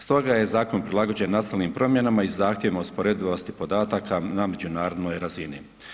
Stoga je zakon prilagođen nastalim promjenama i zahtjevima usporedivosti podataka na međunarodnoj razini.